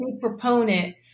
proponent